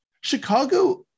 Chicago